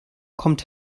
kommt